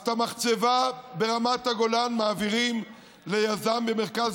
אז את המחצבה ברמת הגולן מעבירים ליזם במרכז